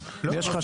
שלנו.